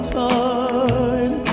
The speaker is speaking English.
time